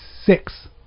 six